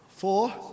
Four